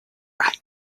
right